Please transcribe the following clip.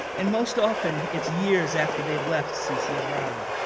and most often, it's years after they've left ccri.